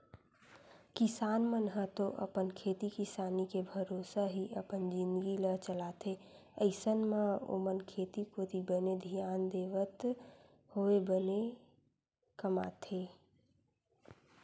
किसान मन ह तो अपन खेती किसानी के भरोसा ही अपन जिनगी ल चलाथे अइसन म ओमन खेती कोती बने धियान देवत होय बने कमाथे